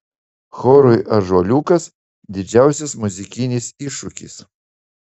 chorui ąžuoliukas didžiausias muzikinis iššūkis